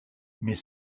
mais